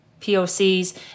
POCs